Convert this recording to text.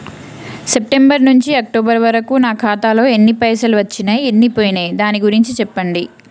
September నుంచి October వరకు నా ఖాతాలో ఎన్ని పైసలు వచ్చినయ్ ఎన్ని పోయినయ్ దాని గురించి చెప్పండి?